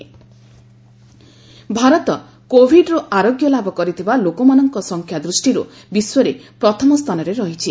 Covid status Bharat କୋବିଡ୍ରୁ ଆରୋଗ୍ୟ ଲାଭ କରିଥିବା ଲୋକମାନଙ୍କ ସଂଖ୍ୟା ଦୃଷ୍ଟିରୁ ବିଶ୍ୱରେ ପ୍ରଥମ ସ୍ଥାନରେ ରହିଛି